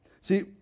See